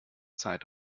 zeit